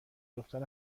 دختر